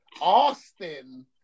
Austin